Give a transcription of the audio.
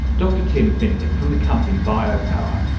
dr tim finnigan, from the company biopower.